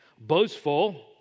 boastful